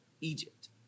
Egypt